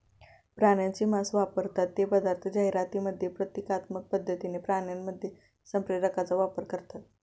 प्राण्यांचे मांस वापरतात ते पदार्थ जाहिरातींमध्ये प्रतिकात्मक पद्धतीने प्राण्यांमध्ये संप्रेरकांचा वापर करतात